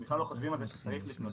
הם בכלל לא חושבים על זה שצריך לפנות.